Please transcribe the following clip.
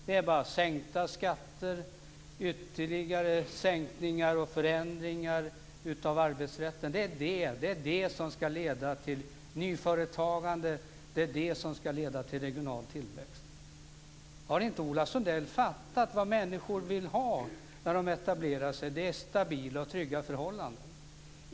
Det är sänkta skatter, ytterligare försämringar och förändringar av arbetsrätten som ska leda till nyföretagande och regional tillväxt. Har inte Ola Sundell fattat vad människor vill ha när de etablerar sig? Jo, det är stabila och trygga förhållanden.